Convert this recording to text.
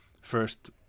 first